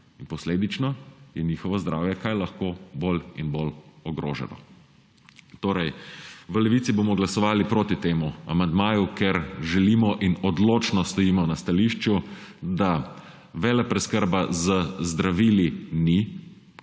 posledično je njihovo zdravje kaj lahko bolj in bolj ogroženo. V Levici bomo torej glasovali proti temu amandmaju, ker želimo in odločno stojimo na stališču, da velepreskrba z zdravili ni